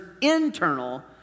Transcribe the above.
internal